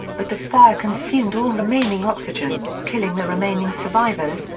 but the fire consumed all remaining oxygen, killing the remaining survivors,